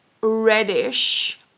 reddish